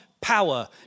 power